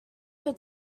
your